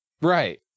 Right